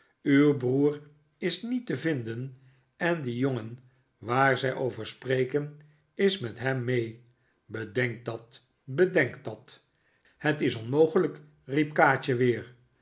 uw broer is niet te vinden en die jongen waar zij over spreken is met hem mee bedenk dat bedenk dat het is onmogelijk riep kaatje weer